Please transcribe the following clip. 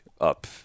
up